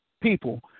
people